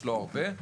לא הרבה.